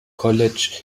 college